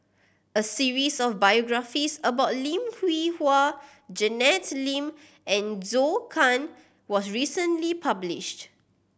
a series of biographies about Lim Hwee Hua Janet Lim and Zhou Can was recently published